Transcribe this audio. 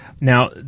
Now